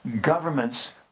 Governments